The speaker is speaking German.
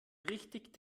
richtig